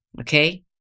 okay